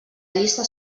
llista